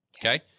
okay